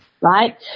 right